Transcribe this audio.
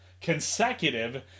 consecutive